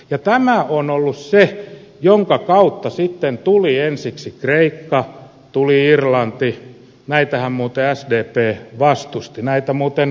ja tämä on ollut se jonka kautta sitten tuli ensiksi kreikka tuli irlanti näitähän muuten sdp vastusti näitä muuten vasemmistoliittokin vastusti